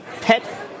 pet